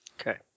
Okay